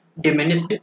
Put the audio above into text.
diminished